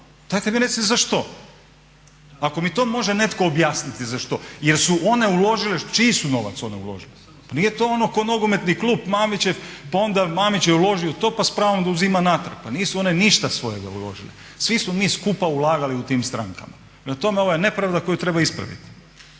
Dajte mi recite za što. Ako mi to može netko objasniti za što jer su one uložile, čiji su novac one uložile. Pa nije to ono ko nogometni klub Mamićev pa onda Mamić je uložio to pa s pravom da uzima natrag. Pa nisu one ništa svojega uložile, svi smo mi skupa ulagali u tim strankama. Prema tome, ovo je nepravda koju treba ispraviti.